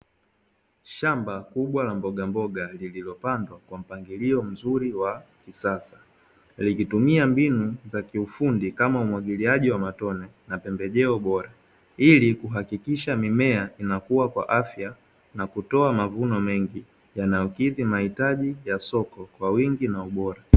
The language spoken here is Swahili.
Shamba kubwa la mbogamboga lililopandwa kwa mpangilio mzuri wa kisasa, likitumia mbinu za kiufundi kama umwagiliaji wa matone na pembejeo bora, ili kuhakikisha mimea inakua kwa afya na kutoa mavuno mengi, yanayokidhi mahitaji ya soko kwa wingi na ubora.